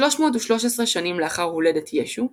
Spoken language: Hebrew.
313 שנים לאחר הולדת ישו,